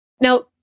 now